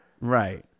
Right